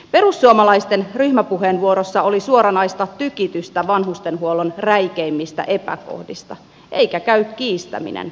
perussuomalaisten ryhmäpuheenvuorossa oli suoranaista tykitystä vanhustenhuollon räikeimmistä epäkohdista eikä käy kiistäminen